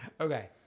Okay